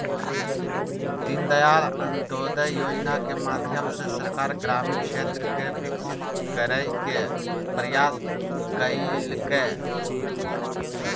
दीनदयाल अंत्योदय योजना के माध्यम से सरकार ग्रामीण क्षेत्र के विकसित करय के प्रयास कइलके